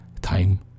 Time